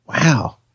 Wow